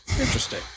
Interesting